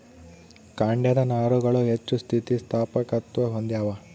ಕಾಂಡದ ನಾರುಗಳು ಹೆಚ್ಚು ಸ್ಥಿತಿಸ್ಥಾಪಕತ್ವ ಹೊಂದ್ಯಾವ